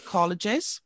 Colleges